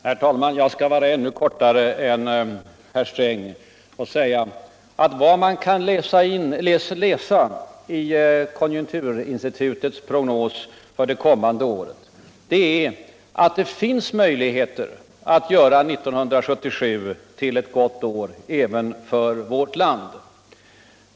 Herr talman! Jag skall vara ännu mera kortfattad än herr Sträng. Vad man kan läsa i konjunkturinstitutets prognos det kommande året är att det finns möjligheter att göra 1977 vll ett gov år även för vårt land.